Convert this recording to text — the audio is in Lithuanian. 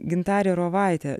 gintarė rovaitė